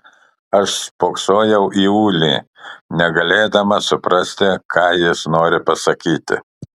aš spoksojau į ulį negalėdama suprasti ką jis nori pasakyti